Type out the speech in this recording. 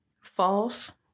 False